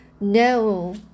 No